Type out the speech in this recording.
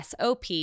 SOP